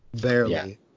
barely